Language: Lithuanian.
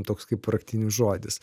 toks kaip raktinis žodis